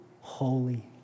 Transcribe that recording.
holy